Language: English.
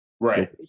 Right